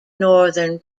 northern